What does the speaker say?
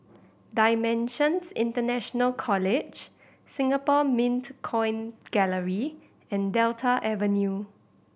Dimensions International College Singapore Mint Coin Gallery and Delta Avenue